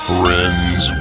Friends